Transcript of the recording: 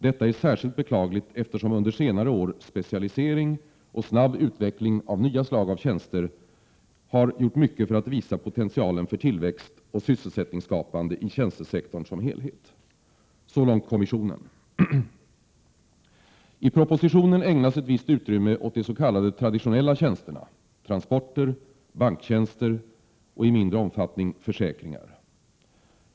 Detta är särskilt beklagligt eftersom under senare år specialisering och snabb utveckling av nya slag av tjänster har gjort mycket för att visa potentialen för tillväxt sysselsättningsskapande i tjänstesektorn som helhet.” I propositionen ägnas ett visst utrymme åt de s.k. traditionella tjänsterna: transporter, banktjänster och — i mindre omfattning — försäkringar.